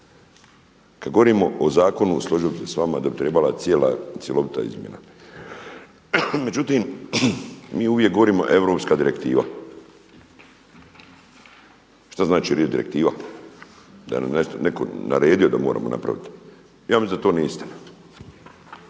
Kad govorimo o zakonu složio bih se s vama da bi trebala cijela cjelovita izmjena. Međutim, mi uvijek govorimo europska direktiva. Šta znači riječ direktiva? Da je netko naredio da moramo napraviti? Ja mislim da to nije